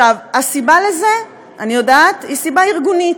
הסיבה לזה, אני יודעת, היא סיבה ארגונית.